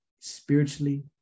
spiritually